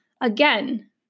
again